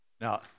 Now